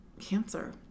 cancer